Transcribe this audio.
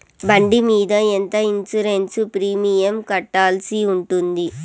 బండి మీద ఎంత ఇన్సూరెన్సు ప్రీమియం కట్టాల్సి ఉంటుంది?